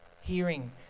hearing